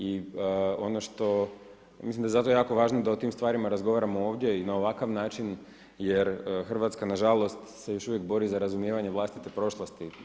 I ono što, mislim da je zato jako važno da o tim stvarima razgovaramo ovdje i na ovakav način, jer Hrvatska, nažalost se još uvijek bori za razumijevanje vlastite prošlosti.